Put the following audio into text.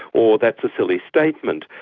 or that's a silly statement,